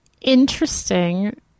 Interesting